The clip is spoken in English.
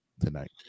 tonight